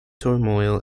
turmoil